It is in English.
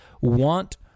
want